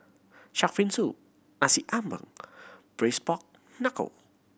shark fin soup Nasi Ambeng Braised Pork Knuckle